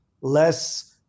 less